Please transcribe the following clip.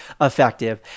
effective